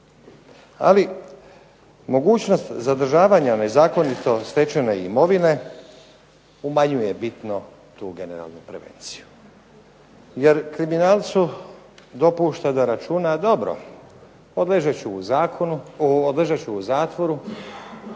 Ali mogućnost zadržavanja nezakonito stečene imovine umanjuje bitno tu generalnu prevenciju. Jer kriminalcu dopušta da računa, dobro, odležat ću u zatvoru,